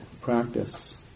practice